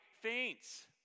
faints